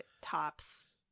tops